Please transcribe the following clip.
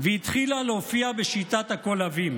והתחילה להופיע בשיטת הקולבים,